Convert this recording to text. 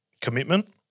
commitment